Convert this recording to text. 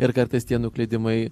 ir kartais tie nuklydimai